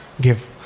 give